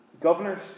governors